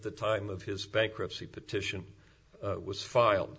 the time of his bankruptcy petition was filed